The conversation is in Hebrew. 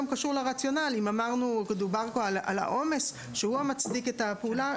דיברו פה על העומס שהוא המצדיק את הפעולה,